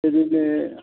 ओरैनो